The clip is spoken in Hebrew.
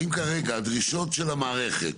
האם כרגע הדרישות של המערכת